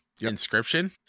Inscription